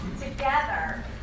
together